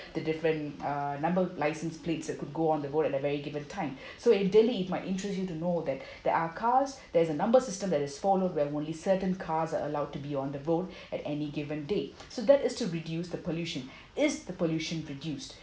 the different uh number license plates that could go on the road at a very given time so it might interest you to know that there are cars there's a number system that is followed when only certain cars are allowed to be on the road at any given day so that is to reduce the pollution is the pollution reduced